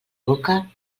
boca